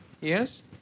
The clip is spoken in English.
Yes